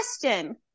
Question